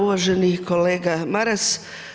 Uvaženi kolega Maras.